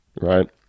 right